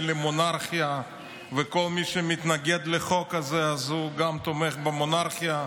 למונרכיה וכל מי שמתנגד לחוק הזה הוא גם תומך במונרכיה.